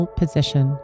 position